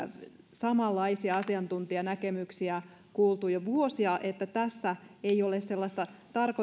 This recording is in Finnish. samanlaisia asiantuntijanäkemyksiä kuultu jo vuosia että tässä ei ole sellaista